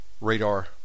radar